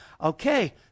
okay